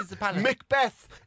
Macbeth